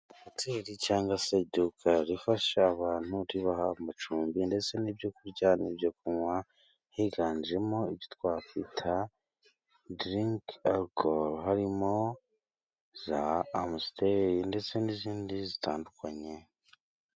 Hoteri cyangwa se iduka rifasha abantu ribaha amacumbi, ndetse n'ibyo kurya n'ibyo kunywa, higanjemo ibyo twakwita dirinki alukoro, harimo za amsiteri ndetse n'izindi zitandukanye.